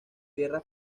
guerra